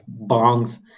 bongs